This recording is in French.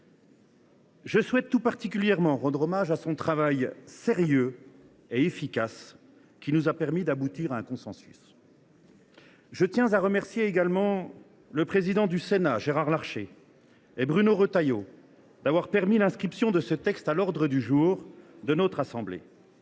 Je souhaite tout particulièrement rendre hommage à son travail sérieux et efficace, qui nous a permis d’aboutir à ce consensus. Je tiens à remercier également le président du Sénat, Gérard Larcher, et Bruno Retailleau d’avoir permis l’inscription de ce texte à l’ordre du jour de notre assemblée.